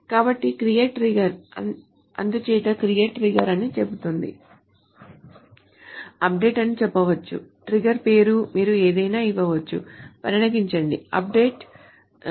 కాబట్టి create trigger అందుచేత create trigger అని చెబుతుంది అప్డేట్ అని చెప్పవచ్చు ట్రిగ్గర్ పేరు మీరు ఏదైనా ఇవ్వవచ్చు పరిగణించండి update bname